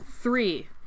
three